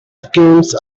schemes